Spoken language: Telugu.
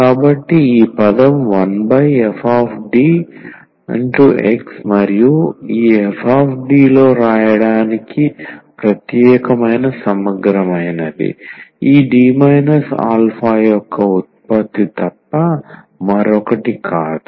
కాబట్టి ఈ పదం 1fD X మరియు ఈ fD లో వ్రాయడానికి ప్రత్యేకమైన సమగ్రమైనది ఈ D α యొక్క ఉత్పత్తి తప్ప మరొకటి కాదు